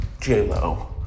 J-Lo